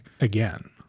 again